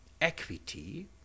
equity